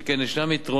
שכן יש יתרונות